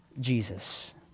Jesus